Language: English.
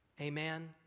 Amen